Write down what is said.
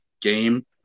game